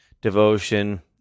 devotion